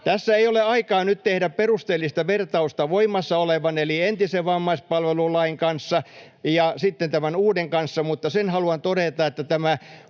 Tässä ei ole aikaa nyt tehdä perusteellista vertausta voimassa olevan eli entisen vammaispalvelulain kanssa ja sitten tämän uuden kanssa, mutta sen haluan todeta, että tämä